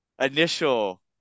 initial